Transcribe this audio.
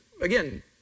again